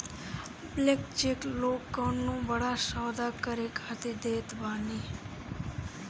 blank cheque लोग कवनो बड़ा सौदा करे खातिर देत बाने